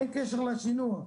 אין קשר לשינוע.